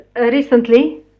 recently